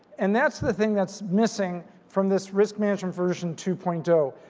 and that's the thing that's missing from this risk management version two point zero.